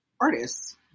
artists